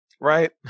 right